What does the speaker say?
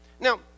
Now